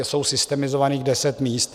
Je systemizovaných deset míst.